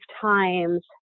times